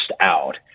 out